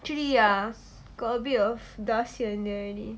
actually ya got a bit of dust here and there already